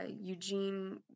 Eugene